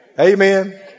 Amen